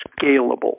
scalable